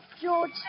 George